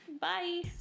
Bye